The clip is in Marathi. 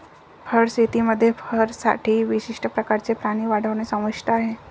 फर शेतीमध्ये फरसाठी विशिष्ट प्रकारचे प्राणी वाढवणे समाविष्ट आहे